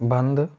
बंद